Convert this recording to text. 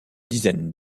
dizaines